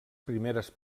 primeres